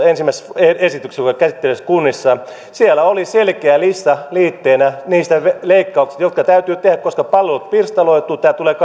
ensimmäisessä esityksessä joka oli käsittelyssä kunnissa selkeä lista liitteenä niistä leikkauksista jotka täytyy tehdä koska palvelut pirstaloituvat tämä järjestely tulee